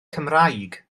cymraeg